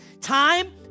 Time